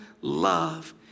love